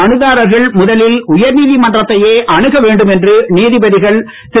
மனுதாரர்கள் முதலில் உயர் நீதிமன்றத்தையே அணுகவேண்டும் என்று நீதிபதிகள் திரு